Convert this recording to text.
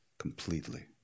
Completely